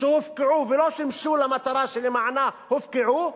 שהופקעו ולא שימשו למטרה שלמענה הופקעו,